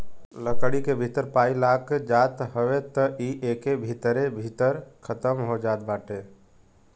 लकड़ी के भीतर पाई लाग जात हवे त इ एके भीतरे भीतर खतम हो जात बाटे